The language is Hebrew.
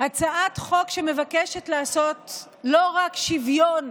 הצעת חוק שמבקשת לעשות לא רק שוויון